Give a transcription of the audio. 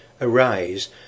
Arise